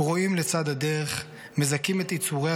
/ כרועים לצד הדרך / מזכים את עיצוריה